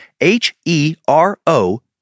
H-E-R-O